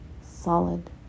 solid